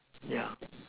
yeah